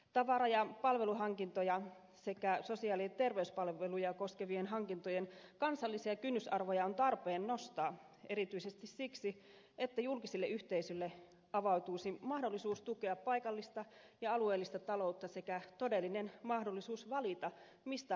tavara ja palveluhankintoja sekä sosiaali ja terveyspalveluja koskevien hankintojen kansallisia kynnysarvoja on tarpeen nostaa erityisesti siksi että julkiselle yhteisölle avautuisi mahdollisuus tukea paikallista ja alueellista taloutta sekä todellinen mahdollisuus valita mistä hankinnat tekee